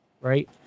right